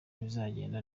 bizagenda